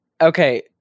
Okay